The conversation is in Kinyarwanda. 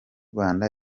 rwanda